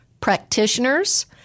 practitioners